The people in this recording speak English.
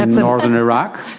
northern iraqi?